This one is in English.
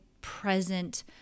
present